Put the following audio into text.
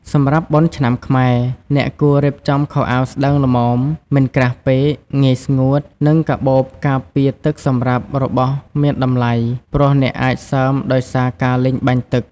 សម្រាប់បុណ្យឆ្នាំខ្មែរ អ្នកគួររៀបចំខោអាវស្ដើងល្មម មិនក្រាស់ពេក ងាយស្ងួត និងកាបូបការពារទឹកសម្រាប់របស់មានតម្លៃ ព្រោះអ្នកអាចសើមដោយសារការលេងបាញ់ទឹក។